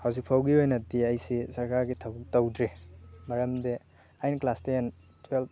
ꯍꯧꯖꯤꯛ ꯐꯥꯎꯒꯤ ꯑꯣꯏꯅꯗꯤ ꯑꯩꯁꯤ ꯁꯔꯀꯥꯔꯒꯤ ꯊꯕꯛ ꯇꯧꯗ꯭ꯔꯤ ꯃꯔꯝꯗꯤ ꯑꯩꯅ ꯀ꯭ꯂꯥꯁ ꯇꯦꯟ ꯇꯨꯋꯦꯜꯄ